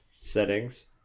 settings